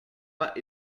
pas